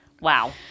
Wow